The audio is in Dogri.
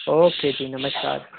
ओके जी नमस्कार